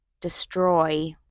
destroy